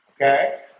okay